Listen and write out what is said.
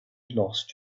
lost